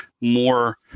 more